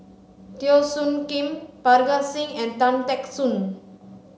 Teo Soon Kim Parga Singh and Tan Teck Soon